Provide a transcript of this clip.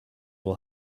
will